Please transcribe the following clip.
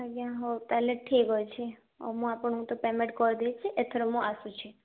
ଆଜ୍ଞା ହଉ ତାହେଲେ ଠିକ୍ ଅଛି ଓ ମୁଁ ଆପଣଙ୍କୁ ତ ପେମେଣ୍ଟ୍ କରଦେଇଛି ଏଥର ମୁଁ ଆସୁଛି